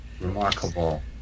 remarkable